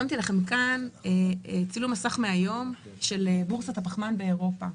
יש פה צילום מסך מהיום של בורסת הפחמן באירופה.